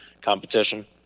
competition